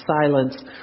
silence